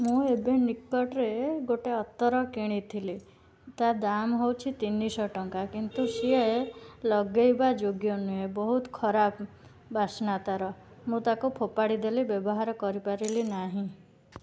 ମୁଁ ଏବେ ନିକଟରେ ଗୋଟେ ଅତର କିଣିଥିଲି ତା'ଦାମ ହେଉଛି ତିନିଶହ ଟଙ୍କା କିନ୍ତୁ ସିଏ ଲଗାଇବା ଯୋଗ୍ୟ ନୁହେଁ ବହୁତ ଖରାପ ବାସ୍ନା ତା'ର ମୁଁ ତାକୁ ଫୋପାଡ଼ି ଦେଲି ବ୍ୟବହାର କରିପାରିଲି ନାହିଁ